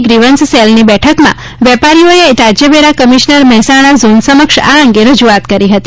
grievance સેલની બેઠકમાં વેપારીઓએ રાજ્યવેરા કમિશનર મહેસાણા ઝોન સમક્ષ આ અંગે રજુઆત કરી હતી